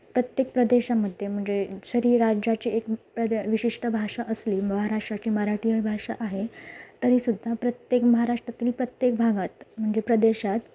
प्रत्येक प्रदेशामध्ये म्हणजे जरी राज्याचे एक प्रदेश विशिष्ट भाषा असली महाराष्ट्राची मराठी भाषा आहे तरीसुद्धा प्रत्येक महाराष्ट्रातील प्रत्येक भागात म्हणजे प्रदेशात